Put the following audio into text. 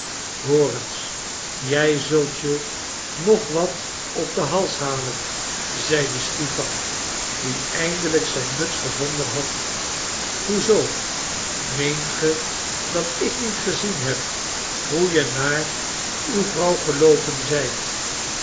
eens jij zult je nog wat op den hals halen zeide stipan die eindelijk zijn muts gevonden had hoe zoo meent ge dat ik niet gezien heb hoe je naar uw vrouw geloopen zijt